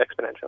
exponentially